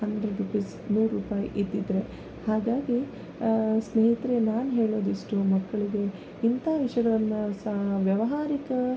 hundred rupees ನೂರು ರೂಪಾಯಿ ಇದ್ದಿದ್ದರೆ ಹಾಗಾಗಿ ಸ್ನೇಹಿತರೇ ನಾನು ಹೇಳೋದು ಇಷ್ಟು ಮಕ್ಕಳಿಗೆ ಇಂಥ ವಿಷಯಗಳನ್ನ ಸಾ ವ್ಯವಹಾರಿಕ